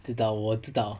知道我知道